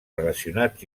relacionats